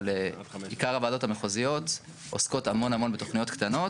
אבל עיקר הוועדות המחוזיות עוסקות המון בתוכניות קטנות.